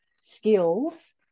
skills